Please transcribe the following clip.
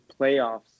playoffs